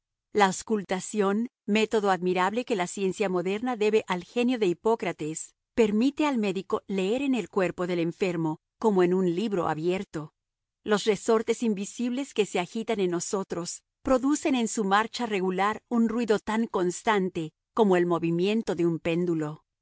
la auscultación método admirable que la ciencia moderna debe al genio de hipócrates permite al médico leer en el cuerpo del enfermo como en un libro abierto los resortes invisibles que se agitan en nosotros producen en su marcha regular un ruido tan constante como el movimiento de un péndulo